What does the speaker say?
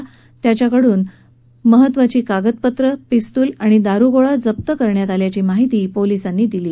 या दहशतवाद्याकडून महत्वाची कागदपत्र पिस्तूल आणि दारुगोळा जप्त केल्याची माहिती पोलिसांनी दिली